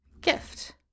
gift